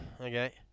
Okay